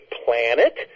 planet